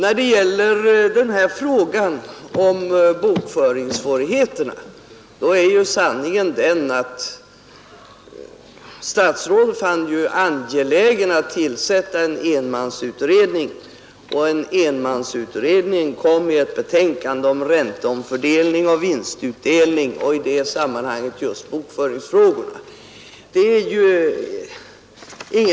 I vad gäller frågan om bokföringssvårigheterna är sanningen den att statsrådet har funnit det angeläget att tillsätta en enmansutredning, som har lagt fram ett betänkande om ränteomfördelning och vinstutdelning, och det är i det sammanhanget som bokföringsfrågorna har kommit in.